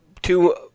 Two